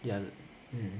ya mm